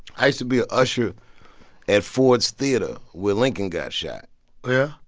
i used to be a usher at ford's theatre where lincoln got shot yeah?